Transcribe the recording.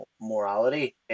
morality